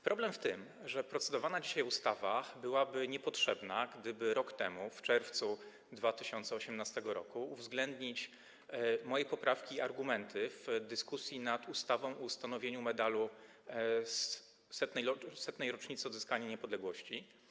Problem w tym, że procedowana dzisiaj ustawa byłaby niepotrzebna, gdyby rok temu, w czerwcu 2018 r., uwzględniono moje poprawki i argumenty w dyskusji nad ustawą o ustanowieniu Medalu Stulecia Odzyskanej Niepodległości.